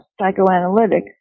psychoanalytic